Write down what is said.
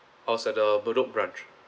I was at the bedok branch